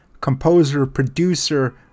composer-producer